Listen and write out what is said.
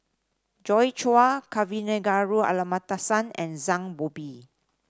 Joi Chua Kavignareru Amallathasan and Zhang Bohe